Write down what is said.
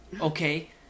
Okay